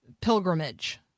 pilgrimage